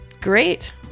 Great